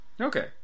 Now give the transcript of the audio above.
Okay